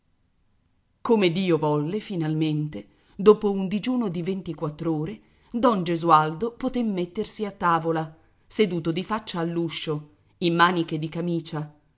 come dio volle finalmente dopo un digiuno di ventiquattr'ore don gesualdo poté mettersi a tavola seduto di faccia all'uscio in maniche di camicia